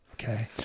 okay